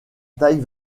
taille